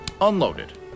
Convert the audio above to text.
unloaded